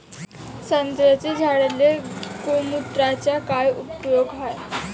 संत्र्याच्या झाडांले गोमूत्राचा काय उपयोग हाये?